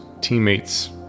teammates